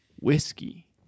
whiskey